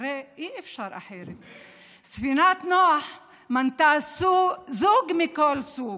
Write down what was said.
והרי אי-אפשר אחרת, ספינת נח מנתה זוג מכל סוג,